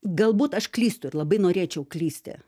galbūt aš klystu ir labai norėčiau klysti